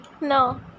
No